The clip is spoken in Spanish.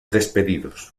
despedidos